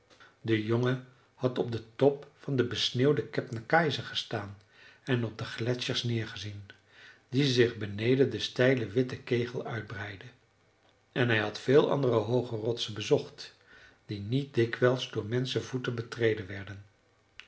de jongen had op den top van de besneeuwde kebnekaise gestaan en op gletschers neergezien die zich beneden den steilen witten kegel uitbreidde en hij had veel andere hooge rotsen bezocht die niet dikwijls door menschenvoeten betreden werden